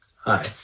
Hi